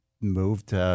moved